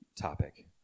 topic